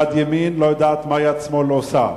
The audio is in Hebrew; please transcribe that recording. יד ימין לא יודעת מה יד שמאל עושה.